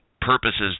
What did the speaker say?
purposes